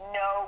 no